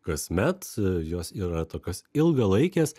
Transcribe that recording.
kasmet jos yra tokios ilgalaikės